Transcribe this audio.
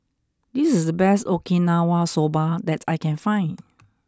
this is the best Okinawa Soba that I can find